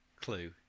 clue